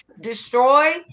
destroy